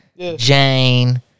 Jane